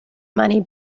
money